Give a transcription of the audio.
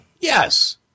Yes